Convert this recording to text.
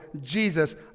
Jesus